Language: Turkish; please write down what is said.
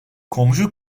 komşu